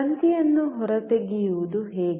ತಂತಿಯನ್ನು ಹೊರತೆಗೆಯುವುದು ಹೇಗೆ